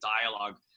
dialogue